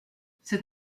c’est